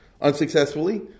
unsuccessfully